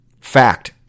Fact